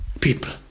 people